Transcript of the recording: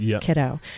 kiddo